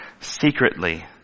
secretly